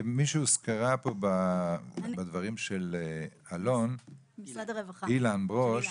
מישהי הוזכרה פה בדברים של אילן ברוש,